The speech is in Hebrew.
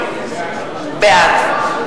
הכנסת)